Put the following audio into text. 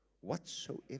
whatsoever